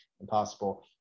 impossible